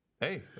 Hey